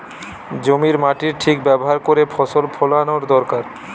জমির মাটির ঠিক ব্যাভার কোরে ফসল ফোলানো দোরকার